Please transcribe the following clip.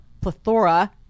plethora